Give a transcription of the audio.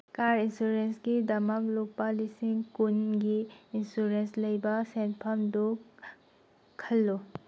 car ꯏꯟꯁꯨꯔꯦꯟꯁꯀꯤꯗꯃꯛ ꯂꯨꯄꯥ ꯂꯤꯁꯤꯡ ꯀꯨꯟꯒꯤ ꯏꯟꯁꯨꯔꯦꯟꯁ ꯂꯩꯕ ꯁꯦꯟꯐꯝꯗꯨ ꯈꯜꯂꯨ